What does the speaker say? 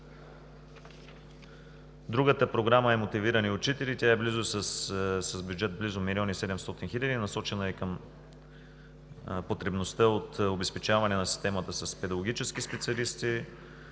Другата програма е „Мотивирани учители“, тя е с бюджет близо 1 млн. 700 хил. лв. Насочена е към потребността от обезпечаване на системата с педагогически специалисти.